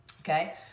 Okay